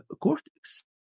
cortex